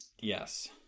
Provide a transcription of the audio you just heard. Yes